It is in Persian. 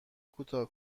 کوتاه